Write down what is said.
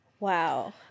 Wow